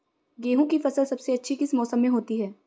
गेंहू की फसल सबसे अच्छी किस मौसम में होती है?